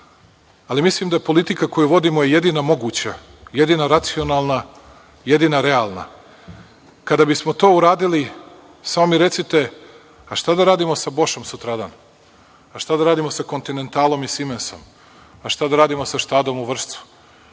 volim više, da je politika koju vodimo jedina moguća, jedina racionalna, jedina realna. Kada bismo to uradili, samo mi recite – šta da radimo sa „Bošom“ sutradan, šta da radimo sa „Kontinentalom“ i „Simensom“, a šta da radimo sa „Štadom“ u Vršcu,